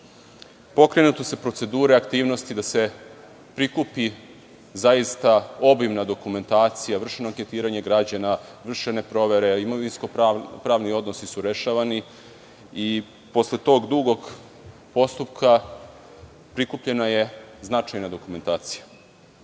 uslovima. Pokrenute su procedure aktivnosti da se prikupi zaista obimna dokumentacija. Vršeno je anketiranje građana, vršene su provere, imovinsko-pravni odnosi su rešavani i posle tog dugog postupka, prikupljena je značajna dokumentacija. Kada